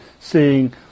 seeing